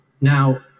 Now